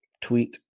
tweet